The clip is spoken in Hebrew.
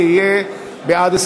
זה יהיה בעד,